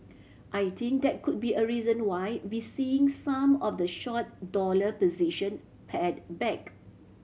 I think that could be a reason why we seeing some of the short dollar position pared back